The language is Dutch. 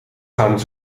gaan